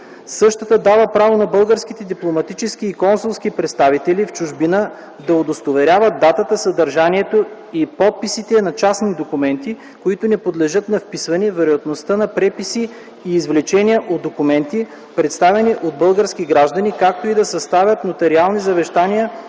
Същата дава право на българските дипломатически и консулски представители в чужбина да удостоверяват датата, съдържанието и подписите на частни документи, които не подлежат на вписване, верността на преписи и извлечения от документи, представени от български граждани, както и да съставят нотариални завещания